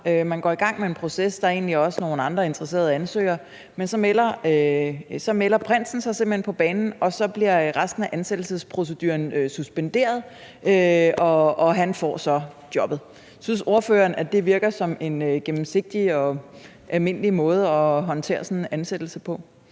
man går i gang med en proces, og der er egentlig også nogle andre interesserede ansøgere, men så melder prinsen sig simpelt hen på banen, og så bliver resten af ansættelsesproceduren suspenderet, og han får så jobbet? Synes ordføreren, at det virker som en gennemsigtig og almindelig måde at håndtere sådan en ansættelse på?